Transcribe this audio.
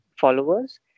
followers